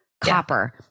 copper